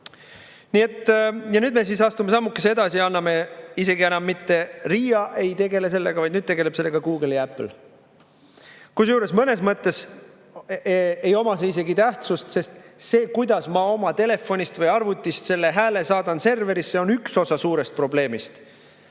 nime. Nüüd me astume sammukese edasi ja isegi enam mitte RIA ei tegele sellega, vaid nüüd tegelevad sellega Google ja Apple. Kusjuures mõnes mõttes ei oma see isegi tähtsust, sest see, kuidas ma oma telefonist või arvutist selle hääle serverisse saadan, on vaid üks osa suurest probleemist.